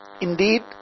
Indeed